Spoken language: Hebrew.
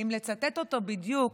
ואם לצטט אותו בדיוק: